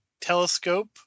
telescope